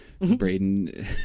Braden